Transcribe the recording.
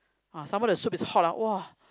!wah! some more the soup is hot ah !wah!